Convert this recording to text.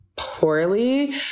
poorly